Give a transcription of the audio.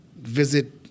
visit